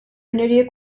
öneriye